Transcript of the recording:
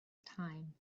time